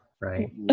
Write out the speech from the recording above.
right